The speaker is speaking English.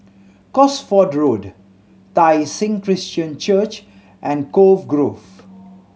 Cosford Road Tai Seng Christian Church and Cove Grove